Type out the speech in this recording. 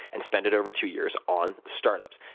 and spend it over two years on startups.